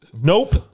Nope